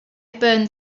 burned